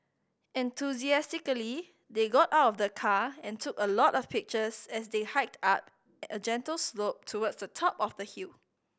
enthusiastically they got out of the car and took a lot of pictures as they hiked up a gentle slope towards the top of the hill